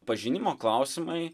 pažinimo klausimai